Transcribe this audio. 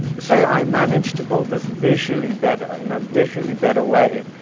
say, i managed to build this visually better, in a visually better way,